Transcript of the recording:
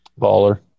baller